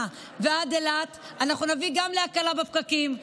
ועד אילת אנחנו נביא גם להקלה בפקקים,